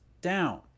down